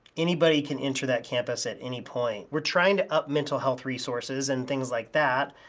anybody can enter that campus at any point. we're trying to up mental health resources and things like that,